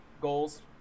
goals